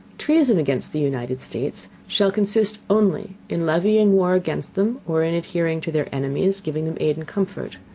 treason against the united states, shall consist only in levying war against them, or in adhering to their enemies, giving them aid and comfort.